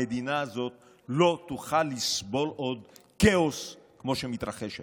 המדינה הזאת לא תוכל לסבול עוד כאוס כמו שמתרחש היום.